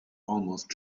almost